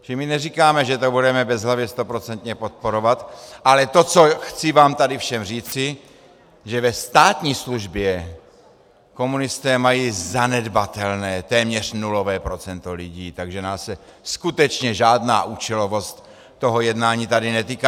Čili my neříkáme, že to budeme bezhlavě stoprocentně podporovat, ale to, co vám chci tady všem říci, že ve státní službě komunisté mají zanedbatelné, téměř nulové procento lidí, takže nás se skutečně žádná účelovost toho jednání tady netýká.